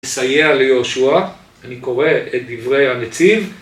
נסייע ליהושע, אני קורא את דברי הנציב